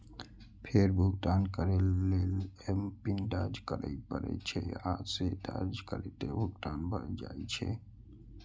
फेर भुगतान करै लेल एमपिन दर्ज करय पड़ै छै, आ से दर्ज करिते भुगतान भए जाइ छै